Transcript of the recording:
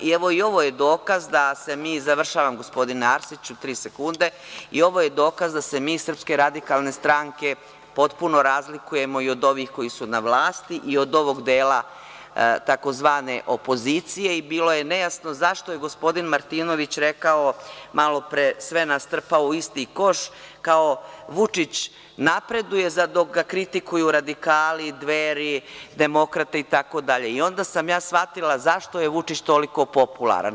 I ovo je dokaz da se mi, završavam gospodine Arsiću, tri sekunde, i ovo je dokaz da se mi iz SRS potpuno razlikujemo i od ovih koji su na vlasti i od ovog dela tzv. opozicije i bilo je nejasno zašto je gospodin Martinović rekao malopre, sve nas strpao u isti koš kao Vučić napreduje dok ga kritikuju radikali, Dveri, demokrate, itd, i onda sam ja shvatila zašto je Vučić toliko popularan.